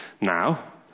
now